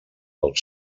del